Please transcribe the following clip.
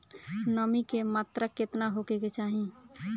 नमी के मात्रा केतना होखे के चाही?